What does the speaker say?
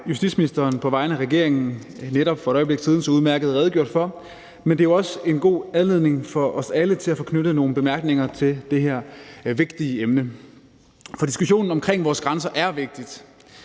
justitsministeren på vegne af regeringen netop for et øjeblik siden så udmærket redegjort for, men det er jo også en god anledning for os alle til at få knyttet nogle bemærkninger til det her vigtige emne. For diskussionen om vores grænser er vigtig.